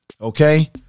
Okay